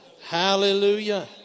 Hallelujah